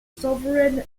sovereign